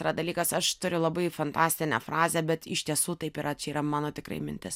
yra dalykas aš turiu labai fantastinę frazę bet iš tiesų taip yra čia yra mano tikrai mintis